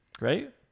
Right